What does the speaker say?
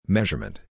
Measurement